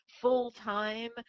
full-time